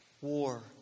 war